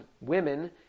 women